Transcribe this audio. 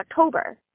October